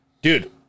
Dude